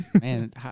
Man